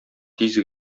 тиз